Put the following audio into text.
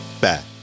back